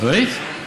ראית?